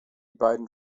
beiden